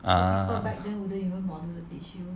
err